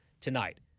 tonight